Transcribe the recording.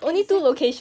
exactly